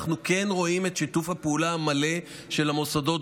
אנחנו כן רואים את שיתוף הפעולה המלא של המוסדות,